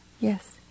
Yes